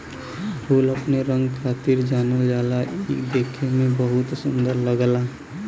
फूल अपने रंग खातिर जानल जाला इ देखे में बहुते सुंदर लगला